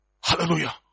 Hallelujah